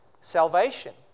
salvation